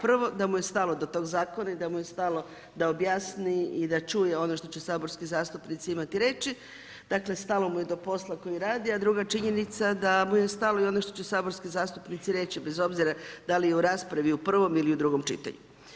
Prvo da mu je stalno do tog zakona, i da mu je stalno da objasni i da čuje ono što će saborski zastupnici imati reći, dakle stalo mu je do posla koji radi a druga činjenica da mu je stalno i ono što će saborski zastupnici reći bez obzira da li u raspravi, u prvom ili u drugom čitanju.